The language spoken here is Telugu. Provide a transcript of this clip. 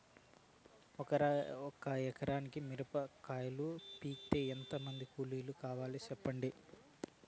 ఒక ఎకరా మిరప కాయలు పీకేకి ఎంత మంది కూలీలు కావాలి? సెప్పండి?